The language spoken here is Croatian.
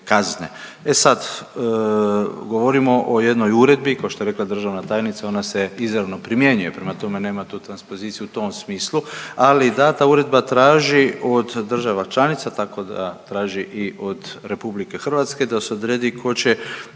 E sad govorimo o jednoj uredbi kao što je rekla državna tajnica ona se izravno primjenjuje prema tome nema tu transpozicije u tom smislu, ali da ta uredba traži od država članica tako da traži i od RH da se odredi tko će